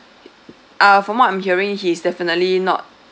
uh from what I'm hearing he's definitely not